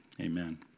Amen